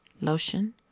lotion